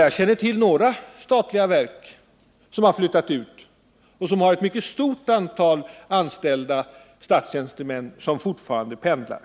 Jag känner till några statliga verk som har flyttat ut och som har ett mycket stort antal anställda som fortfarande pendlar.